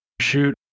shoot